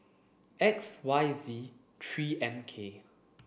X Y Z three M K